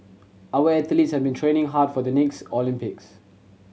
our athletes have been training hard for the next Olympics